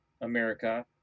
America